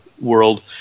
world